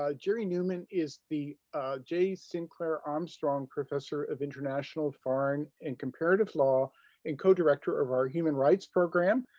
ah gerry neuman is the j. sinclair armstrong professor of international, foreign, and comparative law and co-director of our human rights program.